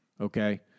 Okay